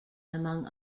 among